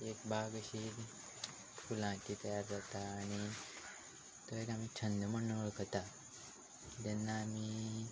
एक बाग अशी फुलांची तयार जाता आनी तो एक आमी छंद म्हणू वळखता जेन्ना आमी